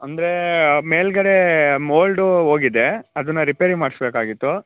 ಅಂದರೆ ಮೇಲುಗಡೆ ಮೋಲ್ಡು ಹೋಗಿದೆ ಅದನ್ನು ರಿಪೇರಿ ಮಾಡಿಸ್ಬೇಕಾಗಿತ್ತು